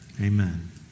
amen